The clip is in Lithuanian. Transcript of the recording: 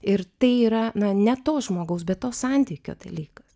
ir tai yra na ne to žmogaus bet to santykio dalykas